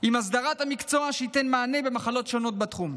עם הסדרת המקצוע, שייתן מענה למחלות שונות בתחום.